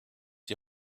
die